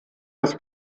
das